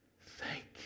thank